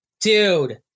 dude